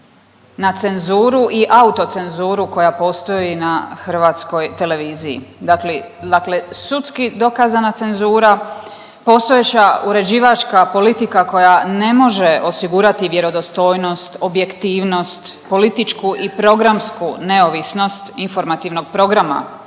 na cenzuru i autocenzuru koja postoji na hrvatskoj televiziji. Dakle, sudski dokazana cenzura, postojeća uređivačka politika koja ne može osigurati vjerodostojnost, objektivnost, političku i programsku neovisnost informativnog programa